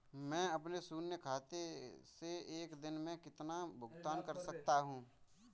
मैं अपने शून्य खाते से एक दिन में कितना भुगतान कर सकता हूँ?